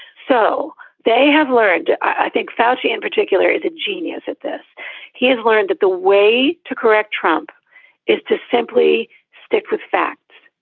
so they have learned. i think foushee in particular is a genius at this he has learned that the way to correct trump is to simply stick with facts.